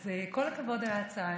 אז כל הכבוד על ההצעה,